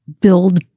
build